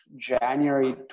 January